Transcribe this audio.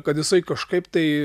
kad jisai kažkaip tai